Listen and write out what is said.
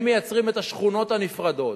הם מייצרים את השכונות הנפרדות,